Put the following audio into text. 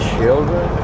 children